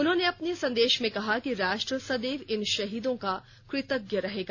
उन्होंने अपने संदेश में कहा कि राष्ट्र सदैव इन शहीदों का कृतज्ञ रहेगा